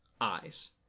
eyes